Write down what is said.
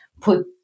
put